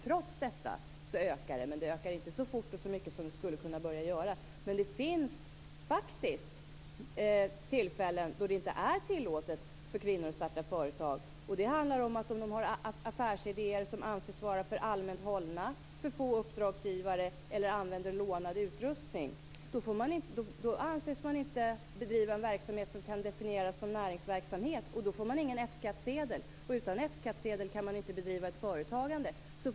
Trots detta ökar detta, men det ökar inte så fort och så mycket som det skulle kunna börja göra. Det finns tillfällen då det inte är tillåtet för kvinnor att starta företag. Om det handlar om att de har affärsidéer som anses vara för allmänt hållna, har för få uppdragsgivare eller använder lånad utrustning anses de inte bedriva en verksamhet som kan definieras som näringsverksamhet. Då får de ingen F skattsedel, och utan sådan kan man inte bedriva företagande.